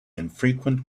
infrequent